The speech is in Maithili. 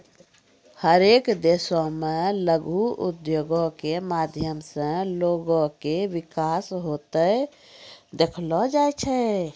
हरेक देशो मे लघु उद्योगो के माध्यम से लोगो के विकास होते देखलो जाय छै